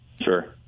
Sure